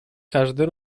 każdy